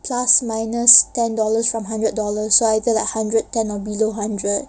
plus minus ten dollars from hundred dollar so I think like hundred thin or below hundred